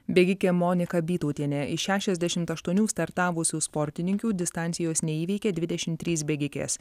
bėgikė monika bytautienė iš šešiasdešimt aštuonių startavusių sportininkių distancijos neįveikė dvidešim trys bėgikės